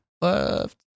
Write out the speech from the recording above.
Left